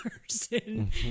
person